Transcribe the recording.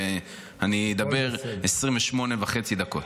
ואני אדבר 28 וחצי דקות.